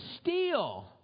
steal